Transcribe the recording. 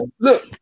look